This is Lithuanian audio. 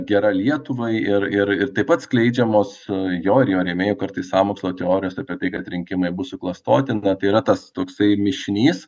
gera lietuvai ir ir ir taip atskleidžiamos jo ir jo rėmėjų kartais sąmokslo teorijos apie tai kad rinkimai bus suklastoti na tai yra tas toksai mišinys